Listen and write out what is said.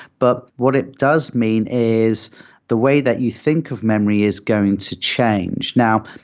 but what it does mean is the way that you think of memory is going to change. now,